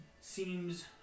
seems